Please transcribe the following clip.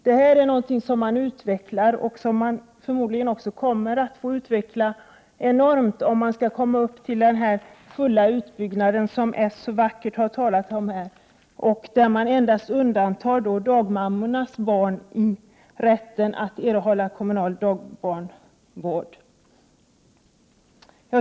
Det här är någonting som man utvecklar. Det är förmodligen också något som man kommer att få utveckla enormt om man skulle uppnå den fulla utbyggnaden som socialdemokraterna så vackert har talat om, där man endast undantar dagmammornas barn i rätten att erhålla kommunal dagbarnvård.